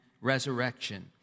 resurrection